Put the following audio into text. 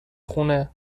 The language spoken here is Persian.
خونه